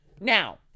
Now